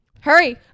Hurry